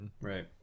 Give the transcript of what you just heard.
Right